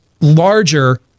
larger